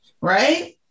right